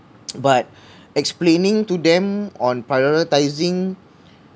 but explaining to them on prioritizing